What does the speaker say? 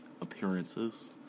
appearances